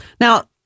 now